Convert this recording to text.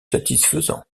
satisfaisants